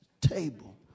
table